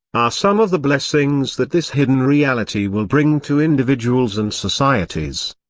are some of the blessings that this hidden reality will bring to individuals and societies.